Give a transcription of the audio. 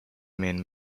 men